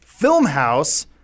filmhouse